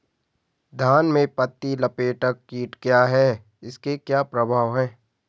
धान में पत्ती लपेटक कीट क्या है इसके क्या प्रभाव हैं?